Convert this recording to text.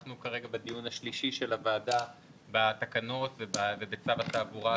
אנחנו כרגע בדיון השלישי של הוועדה בתקנות ובצו התעבורה,